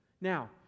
Now